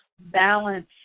balance